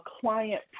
client